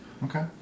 Okay